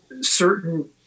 certain